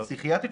פסיכיאטרית,